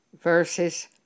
verses